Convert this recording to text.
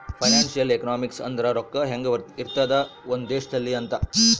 financial economics ಅಂದ್ರ ರೊಕ್ಕ ಹೆಂಗ ಇರ್ತದ ಒಂದ್ ದೇಶದಲ್ಲಿ ಅಂತ